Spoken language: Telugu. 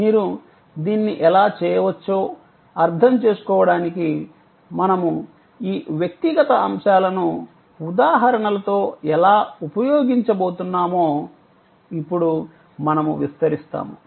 మీరు దీన్ని ఎలా చేయవచ్చో అర్థం చేసుకోవడానికి మనము ఈ వ్యక్తిగత అంశాలను ఉదాహరణలతో ఎలా ఉపయోగించబోతున్నామో ఇప్పుడు మనము విస్తరిస్తాము